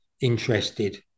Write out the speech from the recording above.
interested